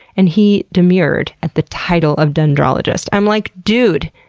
and he demurred at the title of dendrologist. i'm like, dude!